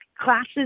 classes